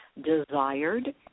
desired